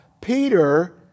Peter